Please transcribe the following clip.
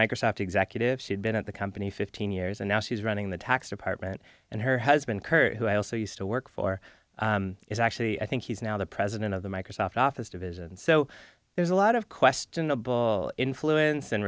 executive she'd been at the company fifteen years and now she's running the tax department and her husband kurt who i also used to work for is actually i think he's now the president of the microsoft office division and so there's a lot of questionable influence